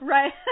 Right